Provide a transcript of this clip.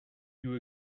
you